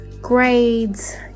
grades